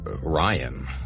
Ryan